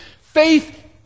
Faith